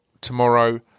tomorrow